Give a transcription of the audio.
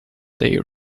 they